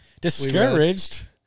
discouraged